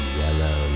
yellow